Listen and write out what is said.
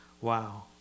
Wow